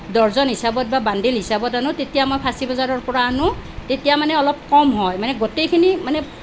dozen হিচাপত বা bundle হিচাপত আনো তেতিয়া মই ফাঁচি বজাৰৰ পৰা আনো তেতিয়া মানে কম হয় মানে গোটেইখিনি মানে